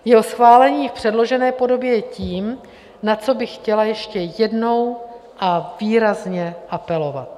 Jeho schválení v předložené podobě je tím, na co bych chtěla ještě jednou a výrazně apelovat.